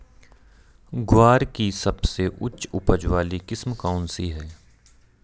ग्वार की सबसे उच्च उपज वाली किस्म कौनसी है?